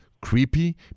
creepy